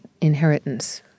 Inheritance